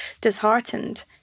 disheartened